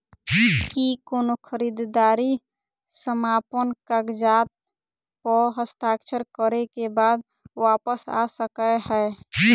की कोनो खरीददारी समापन कागजात प हस्ताक्षर करे केँ बाद वापस आ सकै है?